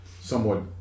somewhat